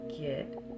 get